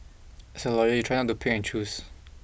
as a lawyer you try not to pick and choose